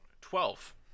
twelve